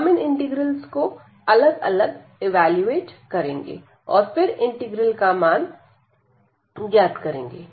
हम इन इंटीग्रल्स को अलग अलग इवेलुएट करेंगे और फिर इंटीग्रल का मान ज्ञात करेंगे